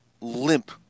limp